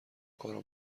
کارم